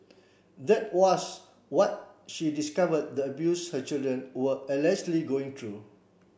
that was what she discovered the abuse her children were allegedly going through